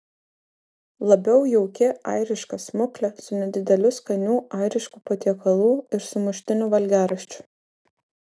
labiau jauki airiška smuklė su nedideliu skanių airiškų patiekalų ir sumuštinių valgiaraščiu